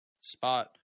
spot